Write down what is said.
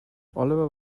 oliver